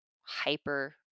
hyper